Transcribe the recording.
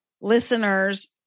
listeners